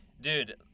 dude